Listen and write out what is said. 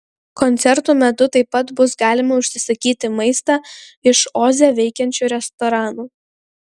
koncertų metu taip pat bus galima užsisakyti maistą iš oze veikiančių restoranų